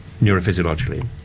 neurophysiologically